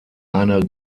eine